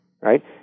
right